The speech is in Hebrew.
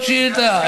עוד שאילתה,